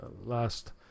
last